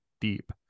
deep